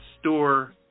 store